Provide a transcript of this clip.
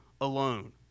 alone